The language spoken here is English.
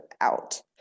out